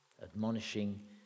admonishing